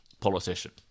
politician